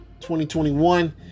2021